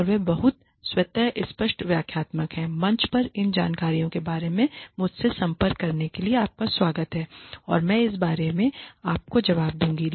और वे बहुत स्वतः स्पष्ट व्याख्यात्मक हैं मंच पर इन जानकारियों के बारे में मुझसे संपर्क करने के लिए आपका स्वागत है और मैं इस बारे में आपको जवाब दूँगा